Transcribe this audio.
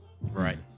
Right